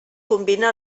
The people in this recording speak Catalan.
combina